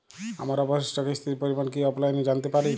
আমার অবশিষ্ট কিস্তির পরিমাণ কি অফলাইনে জানতে পারি?